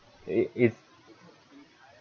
it is is it is it